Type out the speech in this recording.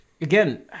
Again